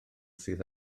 sydd